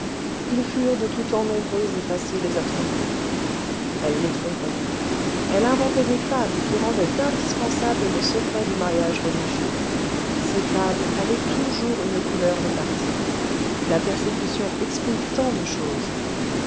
ils furent de tout temps nombreux et faciles à tromper elle les trompait elle inventait des fables qui rendaient indispensable le secret du mariage religieux ces fables avaient toujours une couleur de parti la persécution explique tant de choses